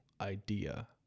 idea